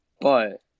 but-